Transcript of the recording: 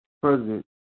president